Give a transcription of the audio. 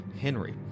Henry